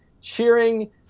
cheering